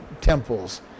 temples